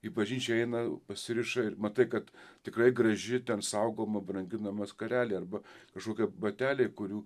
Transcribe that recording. į bažnyčią eina pasiriša ir matai kad tikrai graži ten saugoma branginama skarelė arba kažkokie bateliai kurių